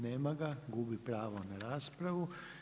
Nema ga, gubi pravo na raspravu.